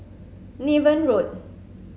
Niven Road